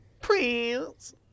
Prince